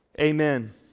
Amen